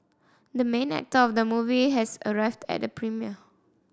the main actor of the movie has arrived at the premiere